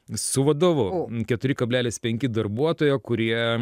su vadovu keturi kablelis penki darbuotojo kurie